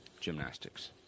gymnastics